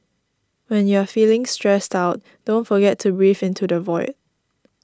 when you are feeling stressed out don't forget to breathe into the void